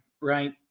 right